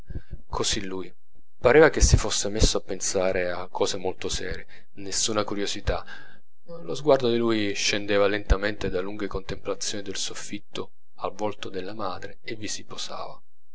così lui pareva che si fosse messo a pensare a cose molto serie nessuna curiosità lo sguardo di lui scendeva lentamente da lunghe contemplazioni del soffitto al volto della madre e vi si posava